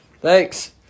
Thanks